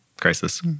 crisis